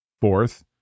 Fourth